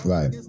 Right